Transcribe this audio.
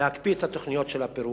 להקפיא את התוכניות של הפירוק,